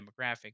demographic